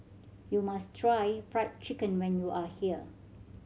you must try Fried Chicken when you are here